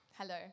hello